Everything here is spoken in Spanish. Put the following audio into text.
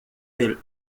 del